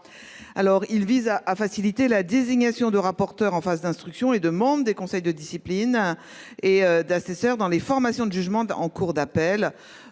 Alors ils visent à à faciliter la désignation de rapporteurs en phase d'instruction et de membres des conseils de discipline. Et d'assesseurs dans les formations de jugement en Cour d'appel.